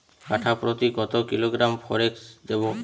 কাঠাপ্রতি কত কিলোগ্রাম ফরেক্স দেবো?